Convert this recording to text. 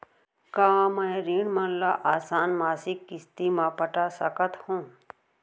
का मैं ऋण मन ल आसान मासिक किस्ती म पटा सकत हो?